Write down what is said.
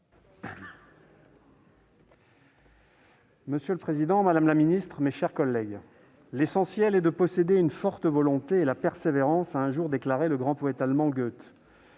Monsieur le président, madame la ministre, mes chers collègues, « l'essentiel est de posséder une forte volonté et la persévérance », disait le grand poète allemand Goethe.